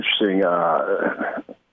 interesting